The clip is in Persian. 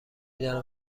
دانم